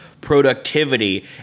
productivity